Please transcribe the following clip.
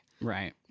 Right